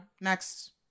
Next